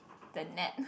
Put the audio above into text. the net